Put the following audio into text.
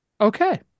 Okay